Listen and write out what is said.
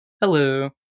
Hello